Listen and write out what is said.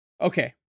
Okay